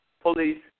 Police